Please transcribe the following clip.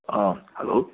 ꯑꯥ hello